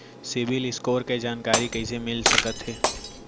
CIBIL score के जानकारी कइसे मिलिस सकथे?